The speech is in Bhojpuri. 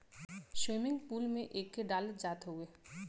स्विमिंग पुलवा में एके डालल जात हउवे